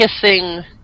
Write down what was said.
kissing